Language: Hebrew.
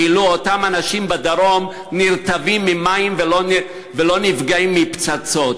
כאילו אותם אנשים בדרום נרטבים ממים ולא נפגעים מפצצות.